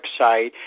website